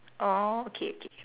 orh okay okay